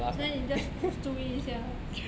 所以你 just 注意一下